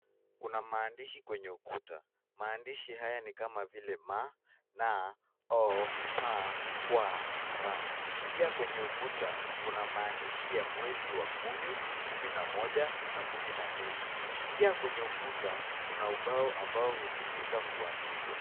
Kuna maandishi kwenye ukuta, maandishi haya ni kama vile ,ma, na , o, pa, kwa na ra. Pia kwenye ukuta Kuna maandishi wa mwezi wa kumi, kumk na moja, kumi na mbili. Pia kwenye ukuta kuna ubao ambao hutumika kuandikia.